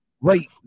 Wait